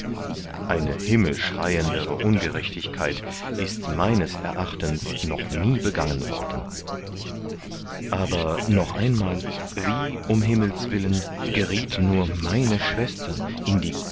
eine himmelschreiende ungerechtigkeit ist meines erachtens noch nie begangen worden aber noch einmal wie ums himmels willen gerieth nur meine schwester in die